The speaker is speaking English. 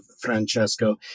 Francesco